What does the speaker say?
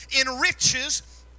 enriches